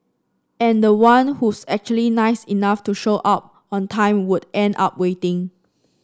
and the one who's actually nice enough to show up on time would end up waiting